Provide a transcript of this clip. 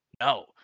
no